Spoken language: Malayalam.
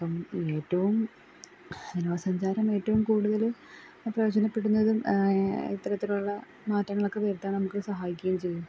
അപ്പം ഏറ്റോം വിനോദ സഞ്ചാരമേറ്റവും കൂടുതൽ പ്രയോജനപ്പെടുന്നതും ഇത്തരത്തിലുള്ള മാറ്റങ്ങളൊക്കെ വരുത്താൻ നമുക്ക് സഹായിയ്ക്കേം ചെയ്യും